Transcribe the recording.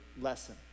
lesson